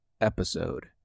episode